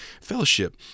fellowship